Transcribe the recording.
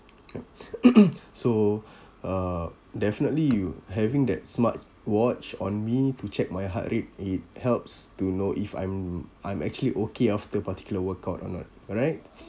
so uh definitely you having that smartwatch on me to check my heart rate it helps to know if I'm I'm actually okay after particular workout or not alright